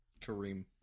Kareem